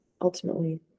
ultimately